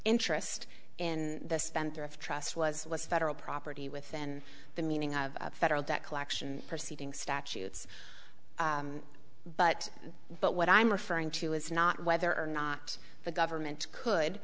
interest in the spendthrift trusts was was federal property within the meaning of the federal debt collection proceeding statutes but but what i'm referring to is not whether or not the government could